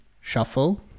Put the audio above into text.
shuffle